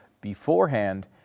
beforehand